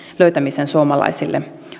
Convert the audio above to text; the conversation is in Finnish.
löytämisen suomalaisille